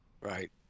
Right